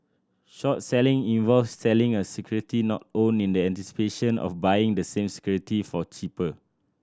short selling involves selling a security not owned in the anticipation of buying the same security for cheaper